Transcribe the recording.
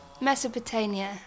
Mesopotamia